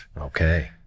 Okay